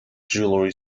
jewelry